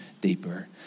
deeper